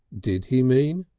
did he mean?